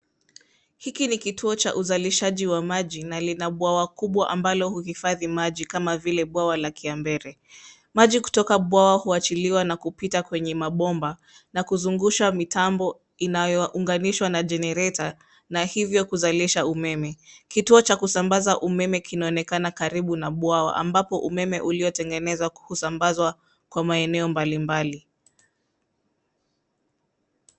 Hiki ni kituo cha uzalishaji wa maji na lina bwawa kubwa ambalo huhifadhi maji kama vile bwawa la Kiambere. Maji kutoka bwawa huachiliwa na kupita kwenye mabomba na kuzungushwa mitambo inayounganishwa na jenereta na hivyo kuzalisha umeme. Kituo cha kusambaza umeme kinaonekana karibu na bwawa ambapo umeme uliotengenezwa kusambazwa kwa maeneo mbalimbali.